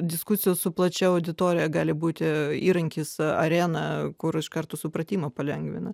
diskusijų su plačia auditorija gali būti įrankis arena kur iš karto supratimą palengvina